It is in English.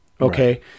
Okay